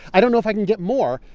i don't know if i can get more.